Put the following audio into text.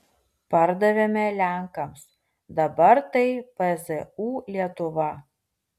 pardavėme lenkams dabar tai pzu lietuva